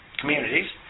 communities